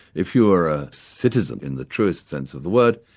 if you were a citizen in the truest sense of the word,